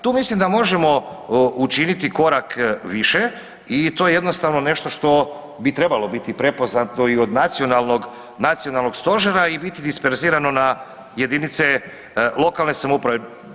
Tu mislim da možemo učiniti korak više i to je jednostavno nešto što bi trebalo biti prepoznato i od Nacionalnog stožera i biti disperzirano na jedinice lokalne samouprave.